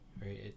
right